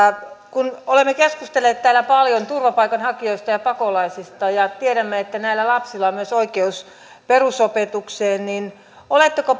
kun olemme keskustelleet täällä paljon turvapaikanhakijoista ja pakolaisista ja tiedämme että näillä lapsilla on myös oikeus perusopetukseen niin oletteko